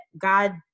God